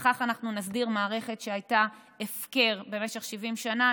בכך נסדיר מערכת שהייתה הפקר במשך 70 שנה.